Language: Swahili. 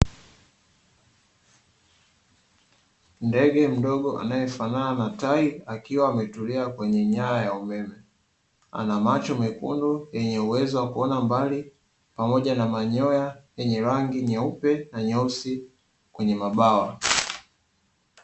Ndege mdogo anayefanana na tai, akiwa ametulia kwenye nyaya za umeme, ana macho mekundu yenye uwezo wa kuona mbali, pamoja na manyoya meupe na meusi kwenye mabawa.